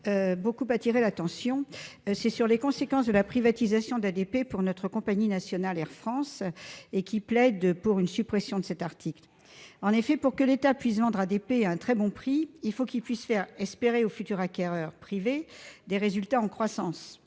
beaucoup attiré l'attention : les conséquences de la privatisation d'ADP pour notre compagnie nationale, Air France, lesquelles plaident pour la suppression de l'article 44. Pour que l'État puisse vendre ADP à un très bon prix, il faut qu'il puisse faire espérer au futur acquéreur privé des résultats en croissance.